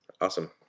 Awesome